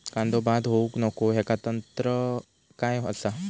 कांदो बाद होऊक नको ह्याका तंत्र काय असा?